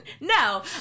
No